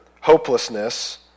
hopelessness